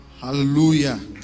Hallelujah